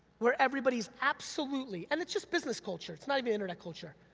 where everybody's absolutely, and it's just business culture, it's not even internet culture,